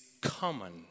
common